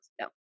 no